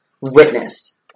witness